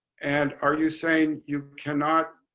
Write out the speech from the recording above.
and are you saying you cannot.